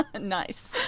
Nice